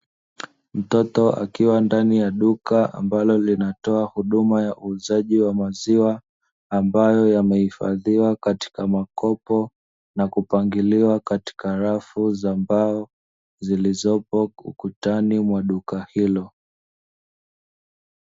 Mtoto akiwa ndani ya duka ambalo linatoa huduma ya uuzaji wa maziwa ambayo yamehifadhiwa katika makopo na kupangiliwa katika rafu za mbao zilizopo ukutani mwa duka hilo.